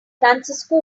francisco